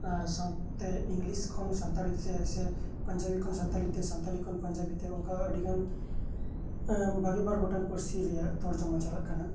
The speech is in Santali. ᱟᱨ ᱥᱟᱶᱛᱮ ᱤᱝᱞᱤᱥ ᱠᱷᱚᱱ ᱥᱟᱱᱛᱟᱲᱤ ᱛᱮ ᱯᱟᱧᱡᱟᱵᱤ ᱛᱮ ᱦᱤᱱᱫᱤ ᱠᱷᱚᱱ ᱥᱟᱱᱛᱟᱞᱤ ᱛᱮ ᱥᱟᱱᱛᱟᱞᱤ ᱠᱷᱚᱱ ᱯᱟᱧᱡᱟᱵᱤ ᱛᱮ ᱚᱱᱠᱟ ᱵᱟᱜᱮ ᱵᱟᱨ ᱜᱚᱧᱟᱝ ᱯᱟᱨᱥᱤ ᱨᱮᱭᱟᱜ ᱛᱚᱨᱡᱚᱢᱟ ᱪᱟᱞᱟᱜ ᱠᱟᱱᱟ